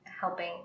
helping